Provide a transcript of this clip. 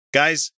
guys